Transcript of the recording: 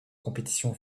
compétitions